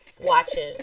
watching